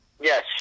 Yes